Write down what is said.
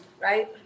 right